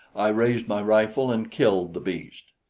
i raised my rifle and killed the beast.